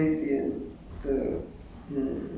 我会需要